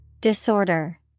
Disorder